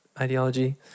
ideology